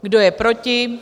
Kdo je proti?